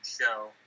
show